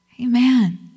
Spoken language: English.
amen